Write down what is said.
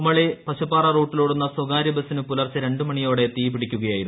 കുമളി പശുപ്പാറ റൂട്ടിലോടുന്ന സ്വകാര്യ ബസിനു പുലർച്ചെ രണ്ടു മണിയോടെ തീ ്പിടിക്കുകയായിരുന്നു